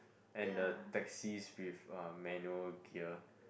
and the taxis with um manual gear